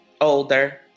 older